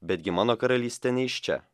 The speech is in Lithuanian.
bet gi mano karalystė ne iš čia